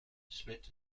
split